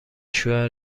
شوهر